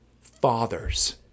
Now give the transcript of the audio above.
fathers